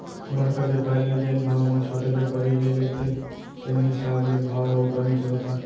बड़का बेपारी ह जेन भाव म छोटे बेपारी ले लेथे तेने हिसाब ले भाव ह उपर नीचे होथे